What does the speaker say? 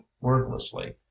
wordlessly